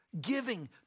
giving